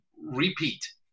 repeat